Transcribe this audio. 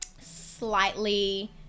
slightly